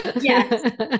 Yes